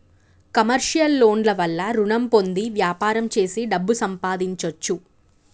commercial loan ల వల్ల రుణం పొంది వ్యాపారం చేసి డబ్బు సంపాదించొచ్చు